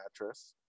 mattress